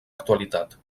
actualitat